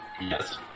Yes